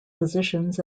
positions